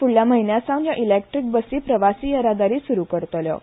फुडल्या म्हयन्या सावन हयो इलॅक्ट्रिक बसी प्रवासी येरादारी सुरु करतल्यो